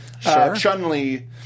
Chun-Li